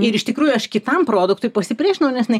ir iš tikrųjų aš kitam produktui pasipriešinau nes jinai